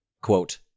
quote